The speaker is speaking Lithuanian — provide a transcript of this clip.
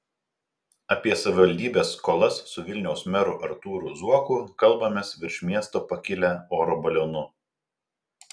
apie savivaldybės skolas su vilniaus meru artūru zuoku kalbamės virš miesto pakilę oro balionu